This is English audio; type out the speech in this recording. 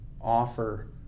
offer